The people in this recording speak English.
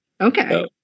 okay